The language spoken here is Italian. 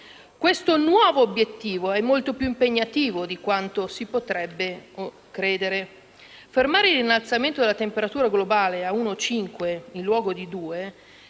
Questo nuovo obiettivo è molto più impegnativo di quanto si potrebbe credere: fermare l'innalzamento della temperatura globale a 1,5 gradi in luogo di 2